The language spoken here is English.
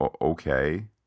okay